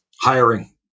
Hiring